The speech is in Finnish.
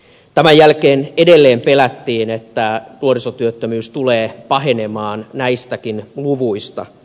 tämän jälkeen edelleen pelättiin että nuorisotyöttömyys tulee pahenemaan näistäkin luvuista